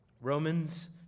Romans